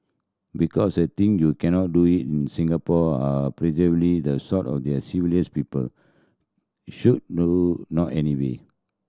because the thing you cannot do in Singapore are the sort of their civilised people should no not anyway